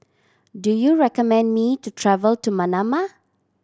do you recommend me to travel to Manama